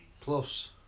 plus